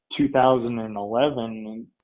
2011